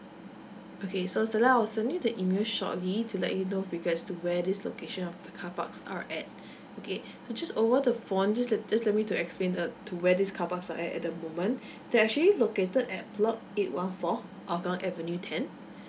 okay so stella I'll send you the email shortly to let you know regards to where this location of the car parks are at okay so just over the phone just let just let me to explain uh to where these car parks are at at the moment they're actually located at block eight one four hougang avenue ten